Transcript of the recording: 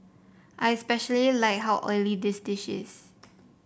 I especially like how oily the dish is